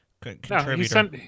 contributor